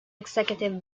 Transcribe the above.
executive